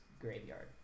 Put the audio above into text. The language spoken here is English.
graveyard